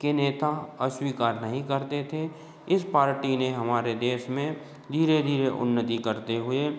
के नेता अस्वीकार नहीं करते थे इस पार्टी ने हमारे देस में धीरे धीरे उन्नति करते हुए